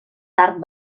tard